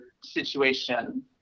situation